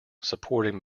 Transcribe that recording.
supporting